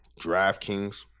DraftKings